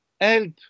help